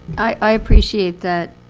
i appreciate that,